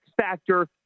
factor